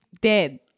dead